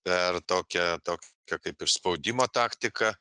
per tokią tok kią kaip ir spaudimo taktiką